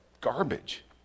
garbage